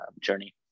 journey